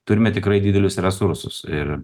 turime tikrai didelius resursus ir